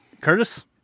Curtis